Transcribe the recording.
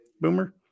Boomer